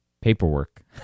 paperwork